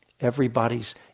everybody's